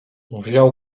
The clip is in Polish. wziął